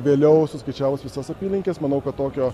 vėliau suskaičiavus visas apylinkes manau kad tokio